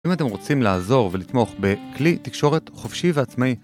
אם אתם רוצים לעזור ולתמוך בכלי תקשורת חופשי ועצמאי